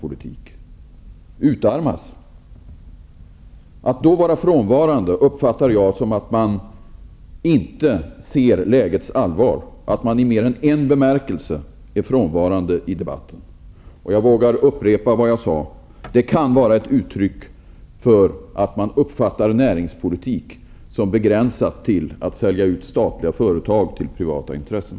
Om ministern då är frånvarande uppfattar jag så, att man inte ser lägets allvar och att man i mer än en bemärkelse är frånvarande i debatten. Jag vågar upprepa vad jag tidigare sagt: Det kan vara ett uttryck för att man uppfattar näringspolitik som begränsad till att sälja ut statliga företag till privata intressen.